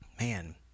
Man